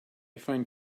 find